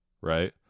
right